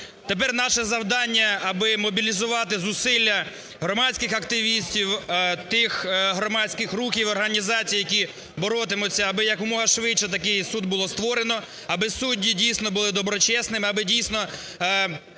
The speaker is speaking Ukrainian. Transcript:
Тепер наше завдання – аби мобілізувати зусилля громадських активістів, тих громадських рухів, організацій, які боротимуться, аби якомога швидше такий суд було створено, аби судді, дійсно, були доброчесними. Аби, дійсно,